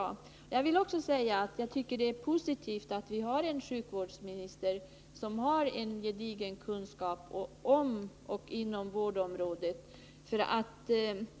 Jag vill också säga att jag tycker det är positivt att vi har en sjukvårdsminister som har gedigen kunskap om vårdområdet.